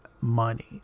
money